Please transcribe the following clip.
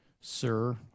Sir